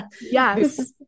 Yes